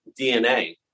DNA